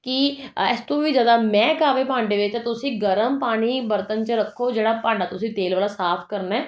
ਕਿ ਇਸ ਤੋਂ ਵੀ ਜ਼ਿਆਦਾ ਮਹਿਕ ਆਵੇ ਭਾਂਡੇ ਵਿੱਚ ਤੁਸੀਂ ਗਰਮ ਪਾਣੀ ਬਰਤਨ 'ਚ ਰੱਖੋ ਜਿਹੜਾ ਭਾਂਡਾ ਤੁਸੀਂ ਤੇਲ ਵਾਲਾ ਸਾਫ ਕਰਨਾ